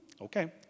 okay